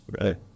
right